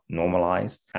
normalized